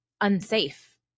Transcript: unsafe